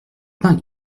pain